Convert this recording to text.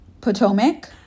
Potomac